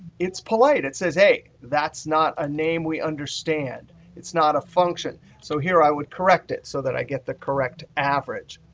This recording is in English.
it's polite. it says, hey, that's not a name we understand. it's not a function. so here i would correct it so that i get the correct average.